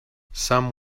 some